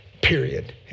period